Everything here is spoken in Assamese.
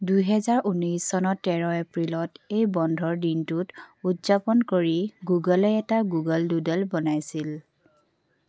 দুহেজাৰ ঊনৈছ চনত তেৰ এপ্ৰিলত এই বন্ধৰ দিনটোত উদযাপন কৰি গুগলে এটা গুগল ডুড্ল বনাইছিল